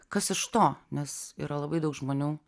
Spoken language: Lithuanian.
kas iš to nes yra labai daug žmonių